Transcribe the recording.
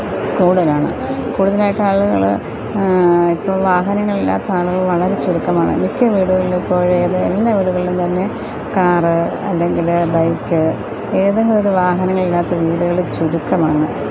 കൂടുതലാണ് കൂടുതലായിട്ടാളുകൾ ഇപ്പം വാഹനങ്ങളില്ലാത്താളുകള് വളരെ ചുരുക്കമാണ് മിക്ക വീടുകളിലും ഇപ്പോഴേത് എല്ലാ വീടുകളിലും തന്നെ കാറ് അല്ലെങ്കിൽ ബൈക്ക് ഏതെങ്കിലും ഒരു വാഹനങ്ങളില്ലാത്ത വീടുകൾ ചുരുക്കമാണ്